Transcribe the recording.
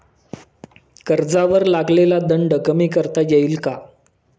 कर्जावर लागलेला दंड कमी करता येईल का?